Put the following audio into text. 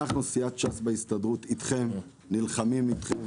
אנו סיעת ש"ס בהסתדרות אתכם, נלחמים אתכם,